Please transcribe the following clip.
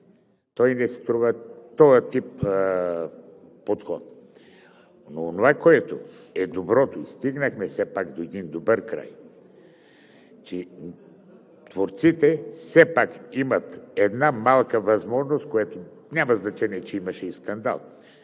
лв., не струва този тип подход. Но онова, което е доброто, и стигнахме все пак до един добър край, е, че творците все пак имат една малка възможност – няма значение, че имаше и скандал,